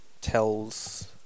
tells